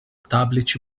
tablet